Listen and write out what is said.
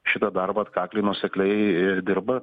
šitą darbą atkakliai nuosekliai dirba